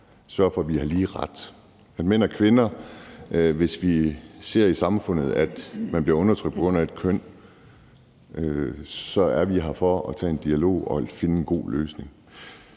og kvinder har lige rettigheder. Hvis vi i samfundet ser, at nogen bliver undertrykt på grund af sit køn, så er vi her for at tage en dialog og finde en god løsning.